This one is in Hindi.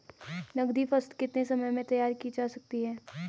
नगदी फसल कितने समय में तैयार की जा सकती है?